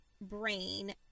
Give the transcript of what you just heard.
brain